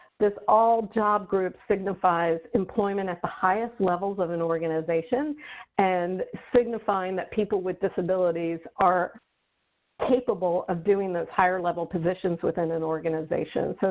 this all job group signifies employment highest levels of an organization and signifying that people with disabilities are capable of doing those higher level positions within an organization. so